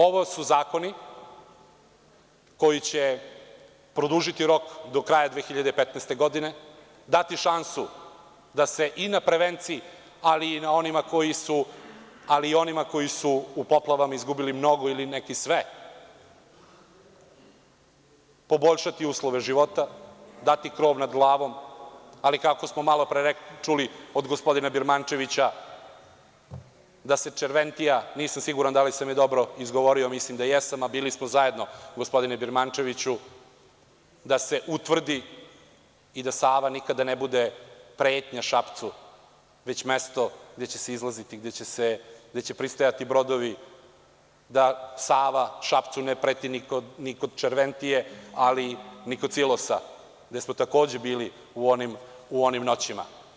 Ovo su zakoni koji će produžiti rok do kraja 2015. godine, dati šansu da se i na prevenciji, ali i onima koji su u poplavama izgubili mnogo, a neki i sve, poboljšati uslove života, dati krov nad glavom, ali kako smo malopre čuli od gospodina Birmančevića da se Červentija, nisam siguran da li sam dobro izgovorio, mislim da jesam, a bili smo zajedno gospodine Birmančeviću da se utvrdi i da Sava nikada ne bude pretnja Šapcu, već mesto gde se izlaziti, gde će pristajati brodovi, da Sava Šapcu ne preti ni kod Červentije, ali ni kod silosa gde smo takođe bili u onim noćima.